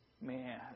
Man